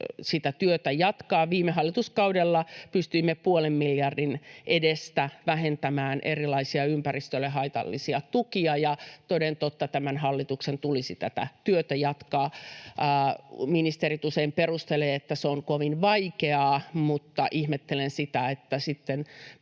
vihdoin jatkaa. Viime hallituskaudella pystyimme puolen miljardin edestä vähentämään erilaisia ympäristölle haitallisia tukia, ja toden totta tämän hallituksen tulisi tätä työtä jatkaa. Ministerit usein perustelevat, että se on kovin vaikeaa, mutta ihmettelen, että sitten